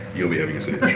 you'll be having